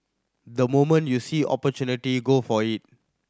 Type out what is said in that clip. the moment you see opportunity go for it